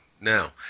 Now